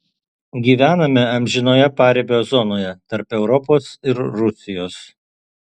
gyvename amžinoje paribio zonoje tarp europos ir rusijos